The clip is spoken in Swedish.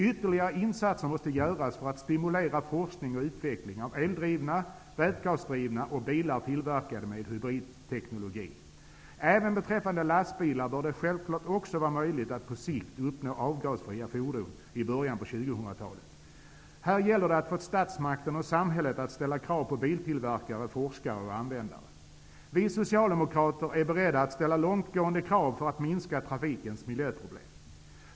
Ytterligare insatser måste göras för att stimulera forskning och utveckling av eldrivna och vätgasdrivna bilar och bilar tillverkade med hybridteknologi. Även beträffande lastbilar bör det självfallet också vara möjligt att på sikt uppnå avgasfria fordon i början av 2000-talet. Här gäller det att få statsmakten och samhället att ställa krav på biltillverkare, forskare och användare. Vi socialdemokrater är beredda att ställa långtgående krav för att minska trafikens miljöproblem.